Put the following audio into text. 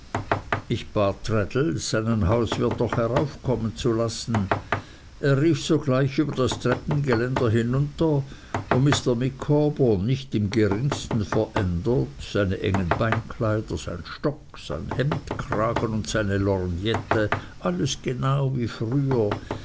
ich bat traddles seinen hauswirt doch heraufkommen zu lassen er rief sogleich über das treppengeländer hinunter und mr micawber nicht im geringsten verändert seine engen beinkleider sein stock sein hemdkragen und seine lorgnette alles genau wie früher